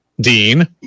Dean